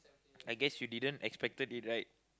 I guess you didn't expected it right